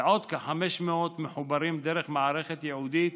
ועוד כ-500 מחוברים דרך מערכת ייעודית